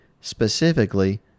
specifically